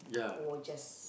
or just